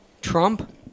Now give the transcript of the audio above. Trump